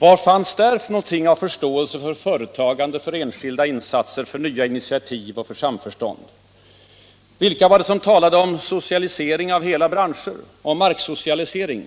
Vad fanns där av förståelse för företagande, för enskilda insatser och för initiativ och samförstånd? Vilka var det som talade om socialisering av hela branscher och om marksocialisering?